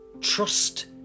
Trust